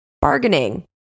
Bargaining